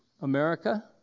America